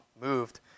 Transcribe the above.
moved